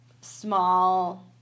small